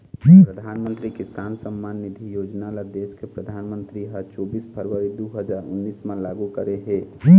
परधानमंतरी किसान सम्मान निधि योजना ल देस के परधानमंतरी ह चोबीस फरवरी दू हजार उन्नीस म लागू करे हे